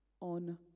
on